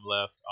left